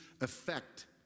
effect